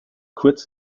kurz